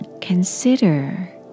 consider